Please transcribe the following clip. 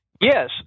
yes